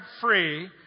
free